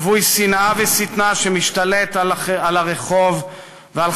רווי שנאה ושטנה שמשתלט על הרחוב ועל